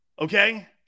Okay